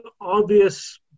obvious